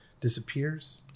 disappears